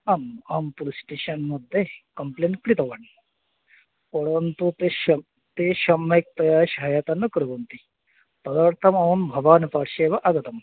आम् अहं police station मध्ये कम्प्लेण्ट् कृतवान् परन्तु तेषां ते सम्यक्तया सहायतां न कुर्वन्ति तदर्तमहं भवान् पार्श्वे एव आगतं